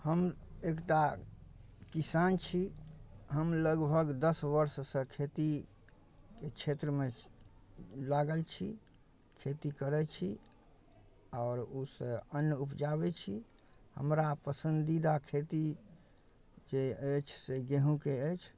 हम एकटा किसान छी हम लगभग दस वर्षसँ खेतीके क्षेत्रमे छी लागल छी खेती करै छी आओर ओहिसँ अन्न उपजाबै छी हमरा पसन्दीदा खेती जे अछि से गेहूँके अछि